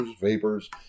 vapors